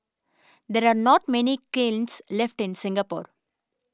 there are not many kilns left in Singapore